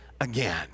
again